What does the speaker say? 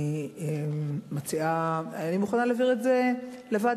אני מוכנה להעביר את זה לוועדה,